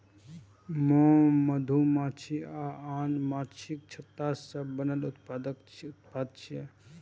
मोम मधुमाछी आ आन माछीक छत्ता सं बनल उत्पाद छियै